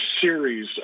series